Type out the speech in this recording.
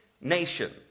nation